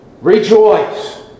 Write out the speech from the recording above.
Rejoice